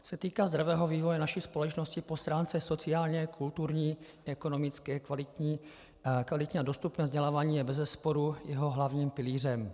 Co se týká zdravého vývoje naší společnosti po stránce sociální, kulturní, ekonomické, kvalitní a dostupné vzdělávání je bezesporu jeho hlavním pilířem.